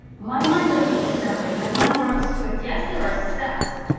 my mind doesn't work that way. my mind works with yes, there are steps,